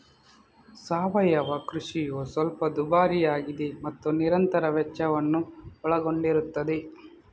ಸಾವಯವ ಕೃಷಿಯು ಸ್ವಲ್ಪ ದುಬಾರಿಯಾಗಿದೆ ಮತ್ತು ನಿರಂತರ ವೆಚ್ಚವನ್ನು ಒಳಗೊಂಡಿರುತ್ತದೆ